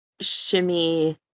shimmy